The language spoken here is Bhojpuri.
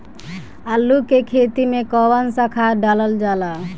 आलू के खेती में कवन सा खाद डालल जाला?